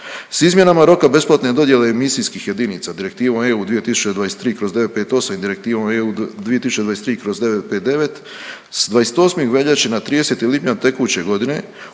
S izmjenama roka besplatne dodjele emisijskih jedinica Direktivom EU 2023/958 i Direktivom EU 2023/959 s 28. veljače na 30. lipnja tekuće godine